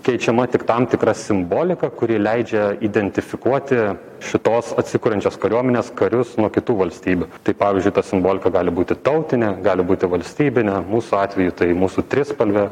keičiama tik tam tikra simbolika kuri leidžia identifikuoti šitos atsikuriančios kariuomenės karius nuo kitų valstybių tai pavyzdžiui ta simbolika gali būti tautinė gali būti valstybinė mūsų atveju tai mūsų trispalvė